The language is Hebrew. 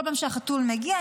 כל פעם שהחתול מגיע,